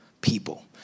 people